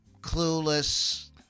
clueless